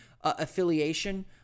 affiliation